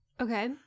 Okay